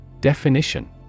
Definition